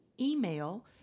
email